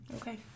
okay